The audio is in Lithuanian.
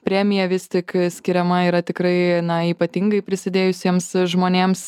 premija vis tik skiriama yra tikrai na ypatingai prisidėjusiems žmonėms